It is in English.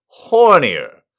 hornier